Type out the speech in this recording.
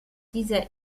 dieser